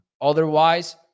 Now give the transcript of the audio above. otherwise